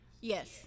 Yes